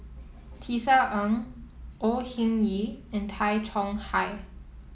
Tisa Ng Au Hing Yee and Tay Chong Hai